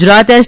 Gujarat S